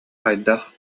хайдах